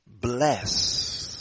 bless